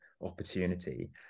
opportunity